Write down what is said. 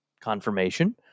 confirmation